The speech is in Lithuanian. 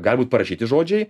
gali būt parašyti žodžiai